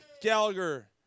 Gallagher